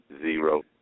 zero